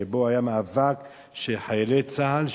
שבו היה מאבק שחיילי צה"ל,